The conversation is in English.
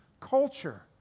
culture